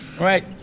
Right